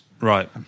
Right